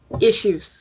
issues